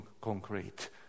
concrete